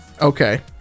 Okay